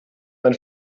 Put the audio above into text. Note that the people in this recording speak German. mein